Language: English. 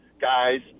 guys